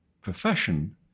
profession